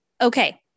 okay